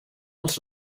els